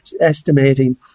estimating